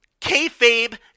kayfabe